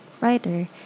writer